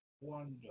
wonder